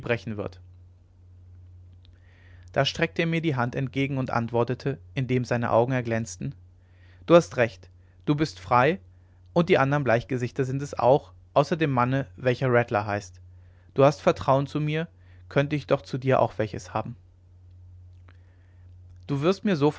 brechen wird da streckte er mir die hand entgegen und antwortete indem seine augen erglänzten du hast recht du bist frei und die andern bleichgesichter sind es auch außer dem manne welcher rattler heißt du hast vertrauen zu mir könnte ich doch zu dir auch welches haben du wirst mir so